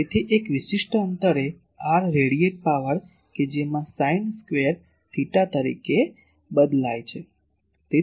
તેથી એક વિશિષ્ટ અંતરે r રેડિએટ પાવર કે જેમાં સાઈન સ્ક્વેર થેટા તરીકે બદલાય છે